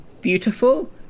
beautiful